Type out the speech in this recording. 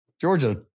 Georgia